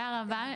תודה רבה.